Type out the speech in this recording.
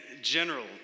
general